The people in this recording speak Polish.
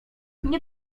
nie